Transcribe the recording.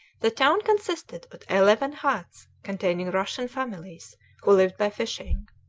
the town consisted of eleven huts containing russian families who lived by fishing.